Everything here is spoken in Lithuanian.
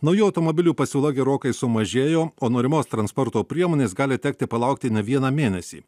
naujų automobilių pasiūla gerokai sumažėjo o norimos transporto priemonės gali tekti palaukti ne vieną mėnesį